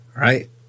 Right